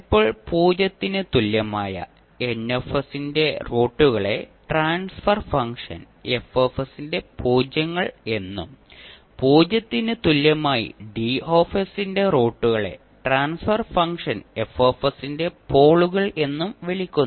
ഇപ്പോൾ 0 ന് തുല്യമായ N ന്റെ റൂട്ടുകളെ 'ട്രാൻസ്ഫർ ഫംഗ്ഷൻ F ന്റെ പൂജ്യങ്ങൾ ' എന്നും 0 ന് തുല്യമായി D ന്റെ റൂട്ടുകളെ 'ട്രാൻസ്ഫർ ഫംഗ്ഷൻ F ന്റെ പോളുകൾ ' എന്നും വിളിക്കുന്നു